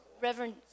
Reverend